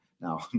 Now